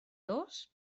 dos